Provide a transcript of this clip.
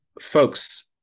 folks